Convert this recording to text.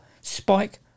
Spike